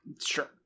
Sure